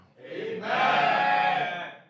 Amen